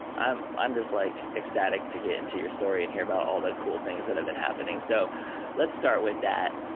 i'm i'm just like ecstatic to get into your story and hear about all the cool things that have been happening. so let's start with that.